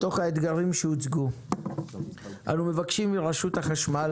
בתוך האתגרים שהוצגו אנו מבקשים מרשות החשמל